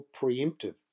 preemptive